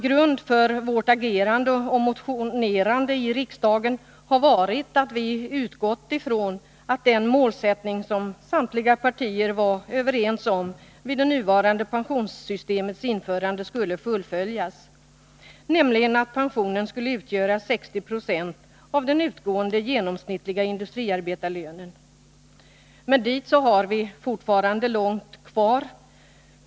Grunden för vpk:s agerande och motionerande i riksdagen har varit att det mål som samtliga partier var eniga om vid det nuvarande pensionssystemets införande skulle fullföljas, nämligen att pensionen skulle utgöra 60 96 av den utgående genomsnittliga industriarbetarlönen. Men dit har vi fortfarande långt kvar.